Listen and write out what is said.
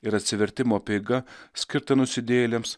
ir atsivertimo apeiga skirta nusidėjėliams